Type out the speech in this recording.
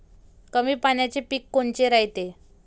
कमी पाण्याचे पीक कोनचे रायते?